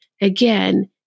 again